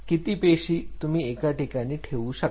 किती पेशी तुम्ही एका ठिकाणी ठेवू शकता